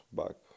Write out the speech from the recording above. back